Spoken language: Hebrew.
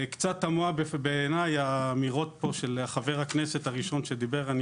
קצת תמוהות בעיניי האמירות של חבר הכנסת הראשון שדיבר פה,